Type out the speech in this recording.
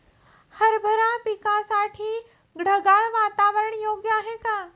हरभरा पिकासाठी ढगाळ वातावरण योग्य आहे का?